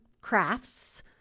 crafts